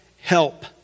help